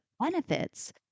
benefits